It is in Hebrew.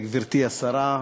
גברתי השרה,